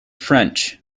french